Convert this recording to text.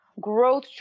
growth